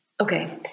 Okay